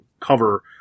cover